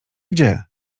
gdzie